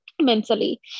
mentally